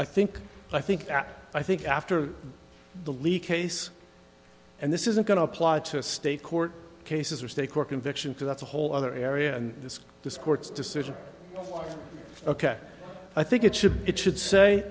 i think i think that i think after the leak case and this isn't going to apply to a state court cases or steak or conviction to that's a whole other area and this this court's decision ok i think it should be it should say